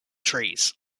trees